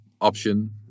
option